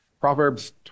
Proverbs